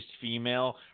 female